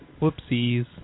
Whoopsies